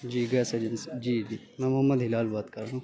جی gas agency جی جی میں محمد ہلال بات کر رہا ہوں